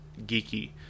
geeky